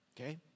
Okay